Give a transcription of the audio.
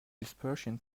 dispersion